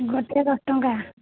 ଗୋଟିଏ ଦଶଟଙ୍କା